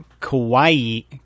Kawaii